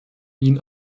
ihn